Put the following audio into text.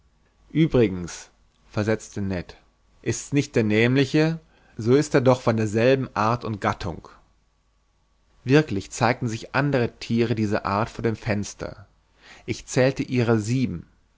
versetzte ned ist's nicht der nämliche so ist er doch von derselben art und gattung wirklich zeigten sich andere thiere dieser art vor dem fenster ich zählte ihrer sieben